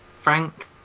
Frank